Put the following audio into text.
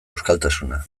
euskaltasuna